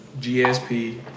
GSP